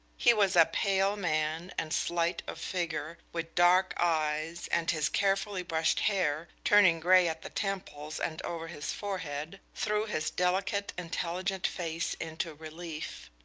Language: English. he was a pale man and slight of figure, with dark eyes, and his carefully brushed hair, turning gray at the temples and over his forehead, threw his delicate, intelligent face into relief.